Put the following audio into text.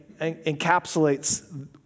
encapsulates